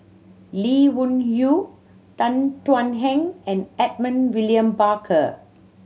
Lee Wung Yew Tan Thuan Heng and Edmund William Barker